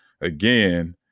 again